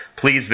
please